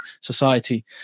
society